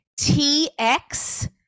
TX